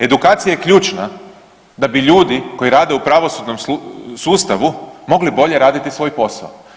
Edukacija je ključna da bi ljudi koji rade u pravosudnom sustavu mogli bolje raditi svoj posao.